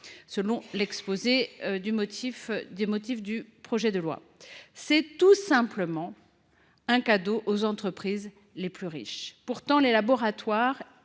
selon l’exposé des motifs du projet de loi. C’est tout simplement un cadeau aux entreprises les plus riches. Or les laboratoires